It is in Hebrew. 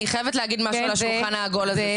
אני חייבת להגיד משהו על השולחן העגול הזה.